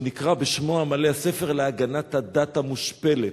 שנקרא בשמו המלא "הספר להגנת הדת המושפלת".